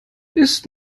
ist